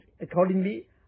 accordingly